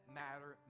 matter